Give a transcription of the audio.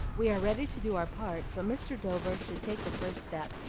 we are ready to do our part but mr. dover should take the first step,